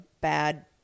bad